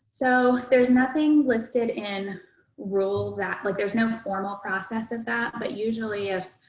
so there's nothing listed in rule that, like there's no formal process of that. but usually, if,